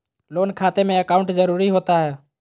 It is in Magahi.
लोन खाते में अकाउंट जरूरी होता है?